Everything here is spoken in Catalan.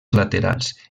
laterals